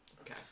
okay